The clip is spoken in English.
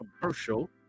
commercial